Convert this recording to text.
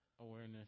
awareness